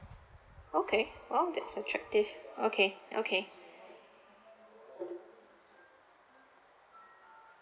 okay oh that's attractive okay okay